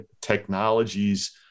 technologies